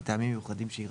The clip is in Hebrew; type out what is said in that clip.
מטעמים מיוחדים שיירשמו".